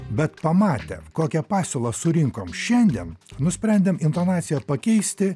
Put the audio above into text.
bet pamatę kokią pasiūlą surinkom šiandien nusprendėm intonaciją pakeisti